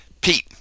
Pete